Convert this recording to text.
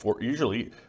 Usually